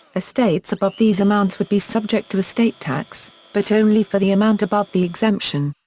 estates above these amounts would be subject to estate tax, but only for the amount above the exemption.